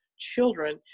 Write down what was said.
children